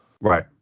Right